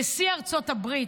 נשיא ארצות הברית,